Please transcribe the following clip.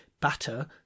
batter